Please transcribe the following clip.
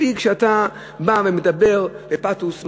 מספיק שאתה בא ומדבר בפתוס,